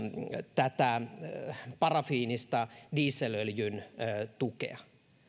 tätä parafiinisen dieselöljyn tukea